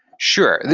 sure.